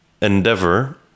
endeavor